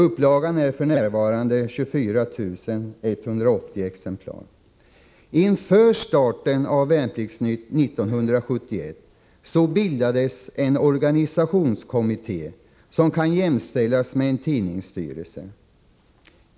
Upplagan är f.n. 24 180 exemplar. Inför starten av Värnpliktsnytt 1971 bildades en organisationskommitté, som kan jämställas med en tidningsstyrelse.